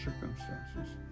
circumstances